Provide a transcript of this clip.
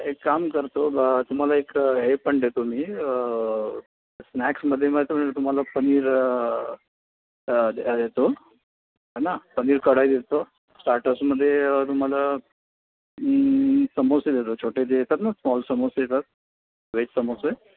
एक काम करतो ब तुम्हाला एक हे पण देतो मी स्नॅक्समध्ये मग तुम्हाला पनीर दे देतो आहे ना पनीर कढाई देतो स्टार्टर्समध्ये तुम्हाला समोसे देतो छोटे जे येतात ना स्मॉल सामोसे येतात वेज समोसे